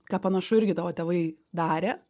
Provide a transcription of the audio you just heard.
ką panašu irgi tavo tėvai darė